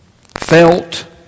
felt